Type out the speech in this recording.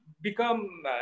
become